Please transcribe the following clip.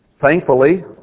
Thankfully